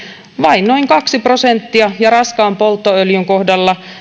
vain noin kaksi prosenttia ja raskaan polttoöljyn kohdalla